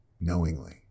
knowingly